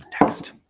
Next